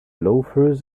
loafers